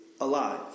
alive